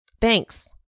Thanks